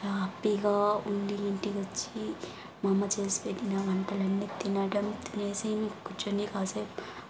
హ్యాపీగా ఉండి ఇంటికొచ్చి మా అమ్మ చేసి పెట్టిన వంటలన్నీ తినడం తినేసి కూర్చొని కాసేపు